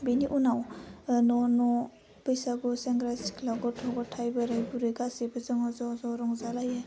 बिनि उनाव न' न' बैसागु सेंग्रा सिख्ला गथ' ग'थाइ बोराइ बुरै गासैबो जोङो ज' ज' रंजालायो